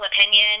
opinion